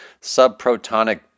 subprotonic